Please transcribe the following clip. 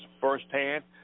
firsthand